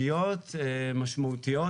ייצוגיות משמעותיות,